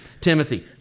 Timothy